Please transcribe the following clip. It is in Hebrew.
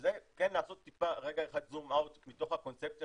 וזה כן לעשות טיפה רגע אחד זום-אאוט מתוך הקונספציה